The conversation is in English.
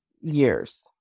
years